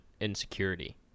insecurity